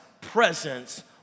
presence